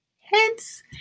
hence